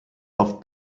auf